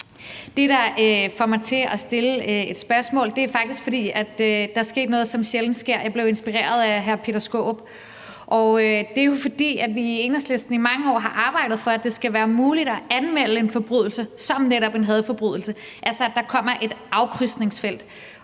Det, der får mig til at stille et spørgsmål, er faktisk, at der er sket noget, som sjældent sker: Jeg blev inspireret af hr. Peter Skaarup. Det er jo, fordi vi i Enhedslisten i mange år har arbejdet for, at det skal være muligt at anmelde en forbrydelse som netop en hadforbrydelse, altså at der kommer et afkrydsningsfelt,